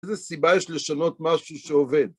איזה סיבה יש לשנות משהו שעובד?